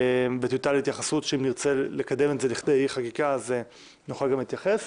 שאם נרצה לקדם את זה לכדי חקיקה נוכל להתייחס.